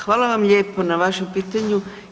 Hvala vam lijepo na vašem pitanju.